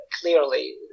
clearly